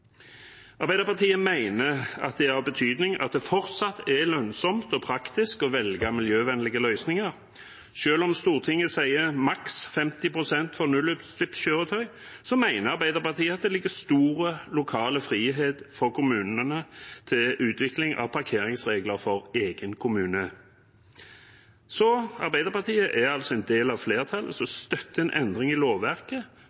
Arbeiderpartiet mener det er av betydning at det fortsatt er lønnsomt og praktisk å velge miljøvennlige løsninger. Selv om Stortinget sier maks 50 pst. for nullutslippskjøretøy, mener Arbeiderpartiet at det tilligger kommunene stor lokal frihet til utvikling av parkeringsregler for egen kommune. Arbeiderpartiet er altså en del av flertallet